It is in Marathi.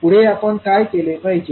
पुढे आपण काय केले पाहिजे